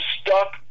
stuck